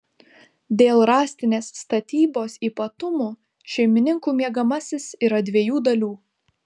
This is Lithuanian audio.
dėl rąstinės statybos ypatumų šeimininkų miegamasis yra dviejų dalių